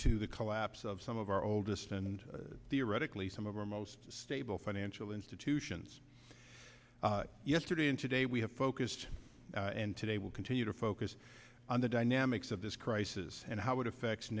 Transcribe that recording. to the collapse of some of our oldest and theoretically some of our most stable financial institutions yesterday and today we have focused and today will continue to focus on the dynamics of this crisis and how it affects